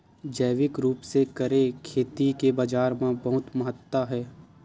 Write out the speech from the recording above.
जैविक रूप से करे खेती के बाजार मा बहुत महत्ता हे